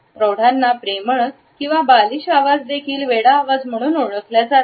प्रौढांना प्रेमळ किंवा बालिश आवाज देखील वेडा आवाज म्हणून ओळखले जाते